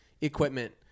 equipment